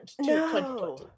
No